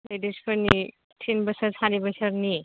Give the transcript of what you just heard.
लेडिसफोरनि थिन बोसोर सारि बोसोरनि